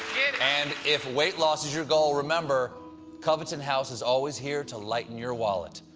and if weight loss is your goal, remember covetton house is always here to lighten your wallet.